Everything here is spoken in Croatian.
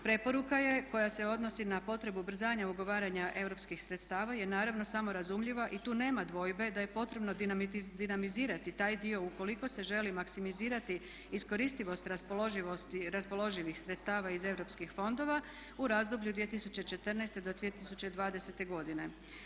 Preporuka je koja se odnosi na potrebu ubrzanja ugovaranja europskih sredstava jer naravno, samorazumljivo i tu nema dvojbe da je potrebno dinamizirati taj dio ukoliko se želi maksimizirati iskoristivost raspoloživih sredstava iz europskih fondova u razdoblju od 2014. do 2020. godine.